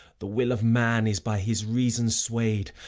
the will of man is by his reason sway'd,